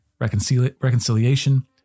reconciliation